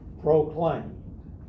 proclaimed